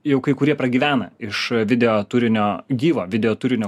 jau kai kurie pragyvena iš video turinio gyvo video turinio